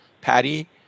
Patty